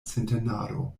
sintenado